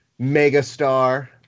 megastar